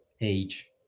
age